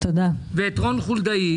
ואנחנו מאוד בעד.